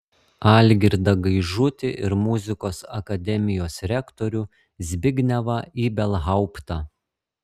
algirdą gaižutį ir muzikos akademijos rektorių zbignevą ibelhauptą